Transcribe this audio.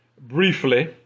briefly